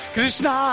Krishna